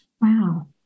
Wow